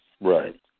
right